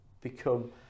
become